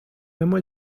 hemos